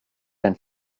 and